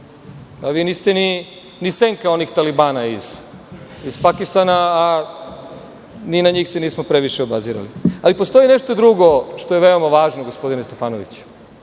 Vi niste ni senka onih talibana iz Pakistana, ni na njih se nismo previše obazirali. Postoji nešto drugo što je veoma važno, gospodine Stefanoviću,